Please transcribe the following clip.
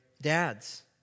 Dads